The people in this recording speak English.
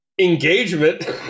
engagement